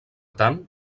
tant